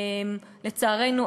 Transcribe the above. לצערנו,